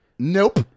Nope